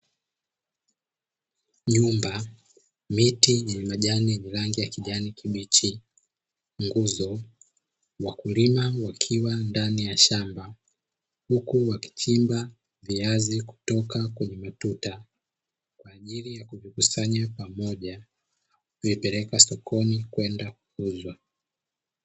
Nyumba miti yenye majani ni rangi ya kijani kibichi nguzo wakulima wakiwa ndani ya shamba, huku wakichimba viazi kutoka kwenye matuta kwa ajili ya kujikusanya pamoja vipeleka sokoni kwenda kuuzwa.